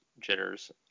jitters